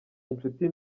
inshuti